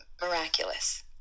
miraculous